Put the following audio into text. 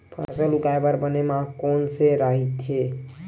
फसल उगाये बर बने माह कोन से राइथे?